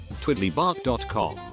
twiddlybark.com